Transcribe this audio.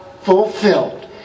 fulfilled